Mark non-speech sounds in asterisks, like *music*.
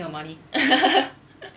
*laughs*